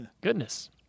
Goodness